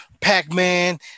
Pac-Man